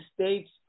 state's